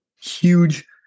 Huge